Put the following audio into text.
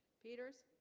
peters